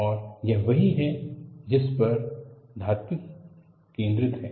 और यह वही है जिसपर धातुविद केंद्रित है